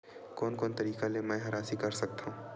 कोन कोन तरीका ले मै ह राशि कर सकथव?